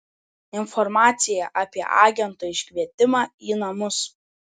informacija apie agento iškvietimą į namus